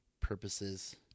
purposes